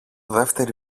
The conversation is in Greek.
δεύτερη